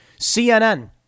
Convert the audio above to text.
CNN